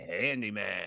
handyman